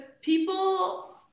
people